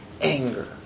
anger